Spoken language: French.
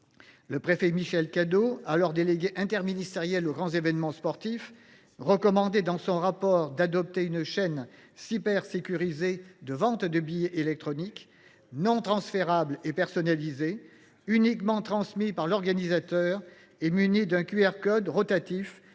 Le préfet Michel Cadot, alors délégué interministériel aux grands événements sportifs (Diges), recommandait dans son rapport d’enquête d’adopter une chaîne cybersécurisée de vente de billets électroniques, non transférables et personnalisés, uniquement transmis par l’organisateur et munis d’un QR code rotatif